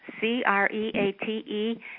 C-R-E-A-T-E